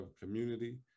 community